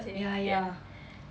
ya ya